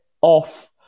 off